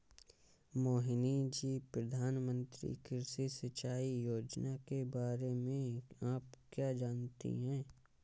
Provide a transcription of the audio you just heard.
मोहिनी जी, प्रधानमंत्री कृषि सिंचाई योजना के बारे में आप क्या जानती हैं?